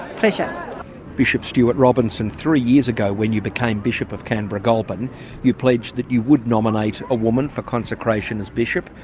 yeah bishop stuart robinson three years ago when you became bishop of canberra-goulburn you pledged that you would nominate a woman for consecration as bishop.